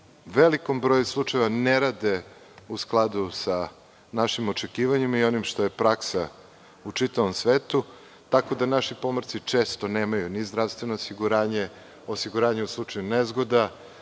velikom broju slučajeva ne rade u skladu sa našim očekivanjima i onim što je praksa u čitavom svetu. Naši pomorci često nemaju ni zdravstveno osiguranje, osiguranje u slučaju nezgoda,